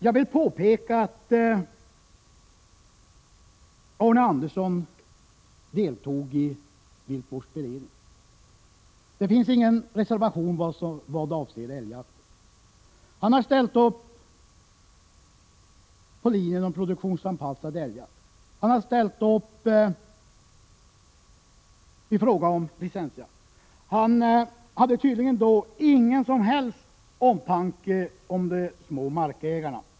Jag vill påpeka att Arne Andersson deltog i viltvårdsberedningen. Det finns ingen reservation vad avser älgjakten. Arne Andersson har anslutit sig till linjen om produktionsanpassad älgjakt. Han har ställt upp i fråga om licensjakten. Han hade tydligen då ingen som helst omtanke om de mindre markägarna.